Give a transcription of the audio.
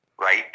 right